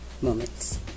moments